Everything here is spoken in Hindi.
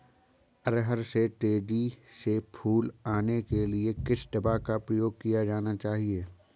अरहर में तेजी से फूल आने के लिए किस दवा का प्रयोग किया जाना चाहिए?